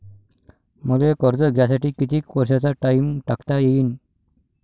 मले कर्ज घ्यासाठी कितीक वर्षाचा टाइम टाकता येईन?